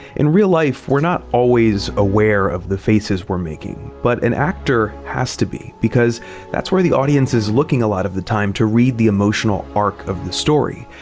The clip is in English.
in real life, we're not always aware of the faces we're making. but an actor has to be because that's where the audience is looking a lot of the time to read the emotional arc of the story.